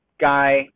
guy